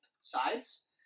sides